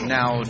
now